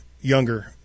younger